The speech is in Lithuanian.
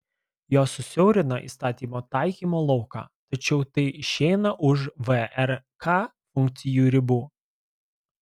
jos susiaurina įstatymo taikymo lauką tačiau tai išeina už vrk funkcijų ribų